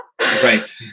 right